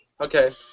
Okay